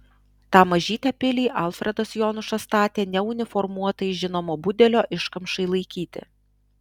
tą mažytę pilį alfredas jonušas statė ne uniformuotai žinomo budelio iškamšai laikyti